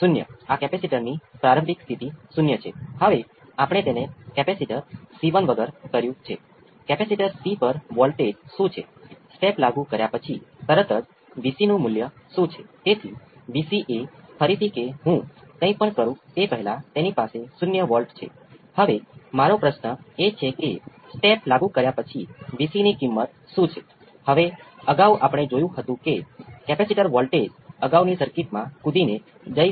તેથી જ્યારે તમે ફરીથી તે જ સર્કિટ લઈ રહ્યા છો પરંતુ તે યાદ રાખીએ કે આ કોઈપણ પ્રથમ ઓર્ડર સિસ્ટમ પર લાગુ પડે છે જ્યારે તમારી પાસે V p નેગેટિવ 5 હોય